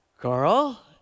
Carl